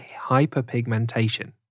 hyperpigmentation